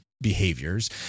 behaviors